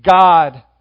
God